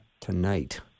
tonight